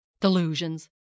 delusions